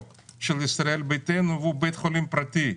כיוזמת חוק של ישראל ביתנו והוא בית חולים פרטי,